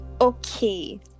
Okay